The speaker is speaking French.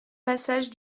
passage